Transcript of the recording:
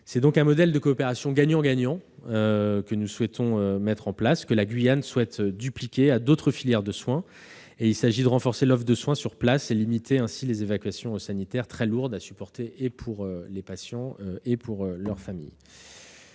C'est donc un modèle de coopération gagnant-gagnant que nous souhaitons mettre en place et que la Guyane pourra dupliquer à d'autres filières de soins. Il s'agit, je le répète, de renforcer l'offre de soins sur place pour limiter les évacuations sanitaires, très lourdes à supporter pour les patients et leur famille.